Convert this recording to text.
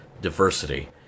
diversity